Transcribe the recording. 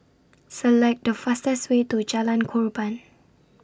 Select The fastest Way to Jalan Korban